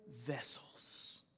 vessels